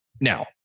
Now